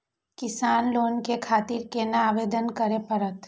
किसान लोन के खातिर केना आवेदन करें परतें?